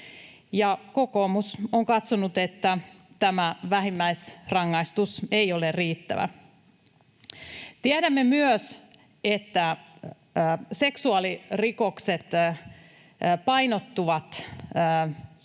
kokoomus on katsonut, että tämä vähimmäisrangaistus ei ole riittävä. Tiedämme myös, että seksuaalirikokset painottuvat suhteessa